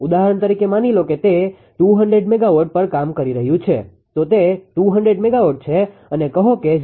ઉદાહરણ તરીકે માની લો કે તે 200 MW પર કામ કરી રહ્યું છે તો તે 200 મેગાવોટ છે અને કહો કે 0